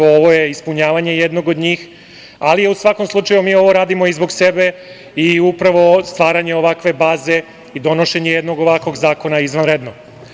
Ovo je ispunjavanje jednog od njih, ali u svakom slučaju ovo radimo i zbog sebe i upravo stvaranje ovakve baze i donošenje jednog ovakvog zakona je izvanredno.